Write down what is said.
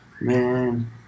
Man